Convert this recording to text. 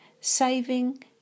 Saving